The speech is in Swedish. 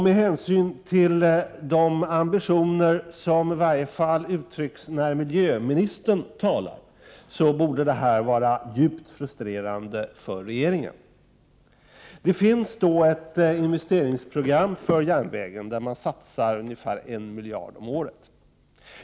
Med hänsyn till de ambitioner som uttrycks, åtminstone när miljöministern talar, borde detta vara djupt frustrerande för regeringen. Det finns ett investeringsprogram för järnvägen, enligt vilket det skall satsas ungefär en miljard per år.